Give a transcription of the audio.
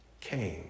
came